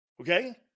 Okay